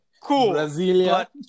cool